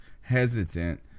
hesitant